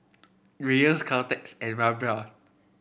Dreyers Caltex and Rayban